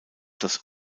das